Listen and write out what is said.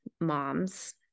moms